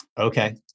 Okay